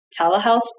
telehealth